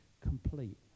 Complete